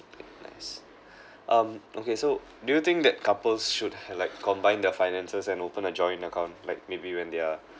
nice um okay so do you think that couples should have like combine the finances and open a joint account like maybe when they are